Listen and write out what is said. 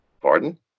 Pardon